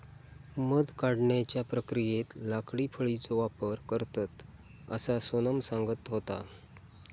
मध काढण्याच्या प्रक्रियेत लाकडी फळीचो वापर करतत, असा सोनम सांगत होता